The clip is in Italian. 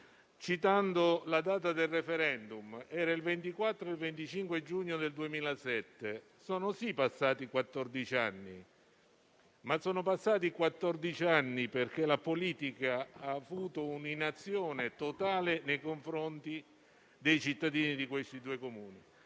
citando la data del *referendum*: erano il 24 e 25 giugno del 2007. Sono sì passati quattordici anni, ma sono passati quattordici anni perché la politica ha avuto un'inazione totale nei confronti dei cittadini di quei due Comuni.